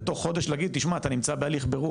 בתוך חודש להגיד תשבע אתה נמצא בהליך בירור